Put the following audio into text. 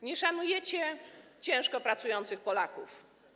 Nie szanujecie ciężko pracujących Polaków.